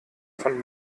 von